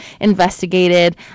investigated